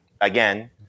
again